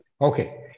Okay